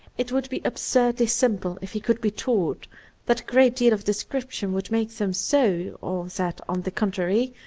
it would be absurdly simple if he could be taught that a great deal of description would make them so, or that, on the contrary,